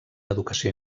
educació